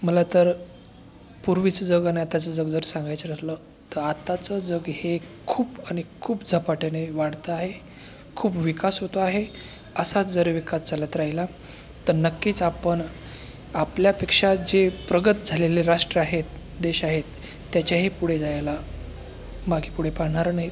मला तर पूर्वीचं जग आणि आताचं जग जर सांगायचं ठरलं तर आताचं जग हे खूप आणि खूप झपाट्याने वाढतं आहे खूप विकास होतो आहे असाच जर विकास चालत राहिला तर नक्कीच आपण आपल्यापेक्षा जे प्रगत झालेले राष्ट्र आहेत देश आहेत त्याच्याही पुढे जायला मागेपुढे पाहणार नाही